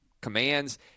commands